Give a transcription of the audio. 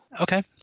Okay